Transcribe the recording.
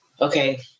okay